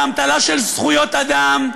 באמתלה של זכויות אדם,